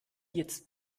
jetzt